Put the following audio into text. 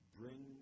bring